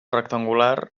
rectangular